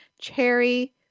cherry